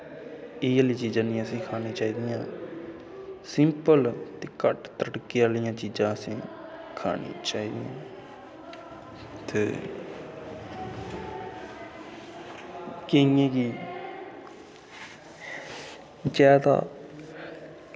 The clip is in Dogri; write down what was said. एह् आह्ली चीजां नेईं असें गी खानी चाहि दियां सिंपल ते घट्ट तड़के आह्लियां चीजां असें गी खानी चाहि दियां ते केइयें गी जैदा